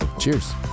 Cheers